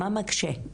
מה מקשה?